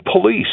police